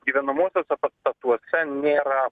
gyvenamuosiuose pastatuose nėra